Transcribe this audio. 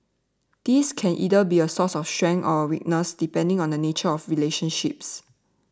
this can either be a source of strength or a weakness depending on the nature of the relationship